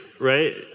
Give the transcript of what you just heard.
right